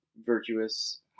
virtuous